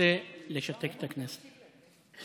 רוצה לשתק את הכנסת.